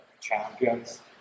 champions